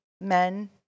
men